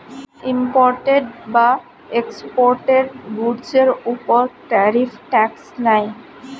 imported বা exported গুডসের উপর ট্যারিফ ট্যাক্স নেয়